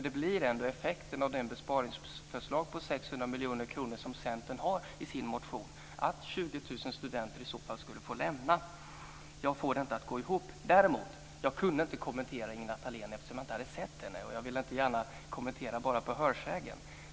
Det blir effekten av det besparingsförslag på 600 miljoner kronor som Centern har i sin motion. I så fall skulle 20 000 studenter få lämna högskolan. Jag får det inte att gå ihop. Jag kunde inte kommentera Ingela Thalén, eftersom jag inte hade sett henne. Jag vill inte gärna kommentera på hörsägen.